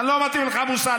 אני לא מטיף לך מוסר.